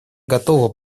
готова